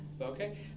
Okay